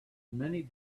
many